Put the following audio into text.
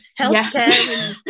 healthcare